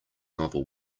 novel